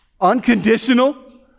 unconditional